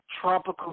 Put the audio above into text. tropical